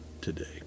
today